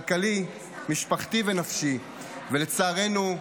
כלכלי, משפחתי ונפשי, ולצערנו,